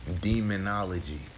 demonology